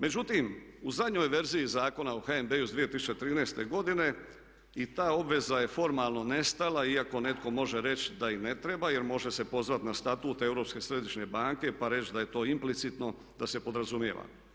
Međutim, u zadnjoj verziji Zakona o HNB-u iz 2013. godine i ta obveza je formalno nestala iako netko može reći da i ne treba, jer može se pozvati na statut Europske središnje banke pa reći da je to implicitno, da se podrazumijeva.